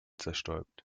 zerstäubt